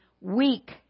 weak